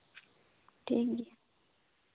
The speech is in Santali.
ᱴᱷᱤᱠ ᱜᱮᱭᱟ